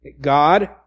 God